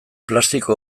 plastiko